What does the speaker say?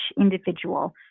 individual